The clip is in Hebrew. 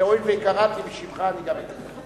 והואיל וקראתי בשמך, אני גם אתן לך.